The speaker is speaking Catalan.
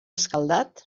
escaldat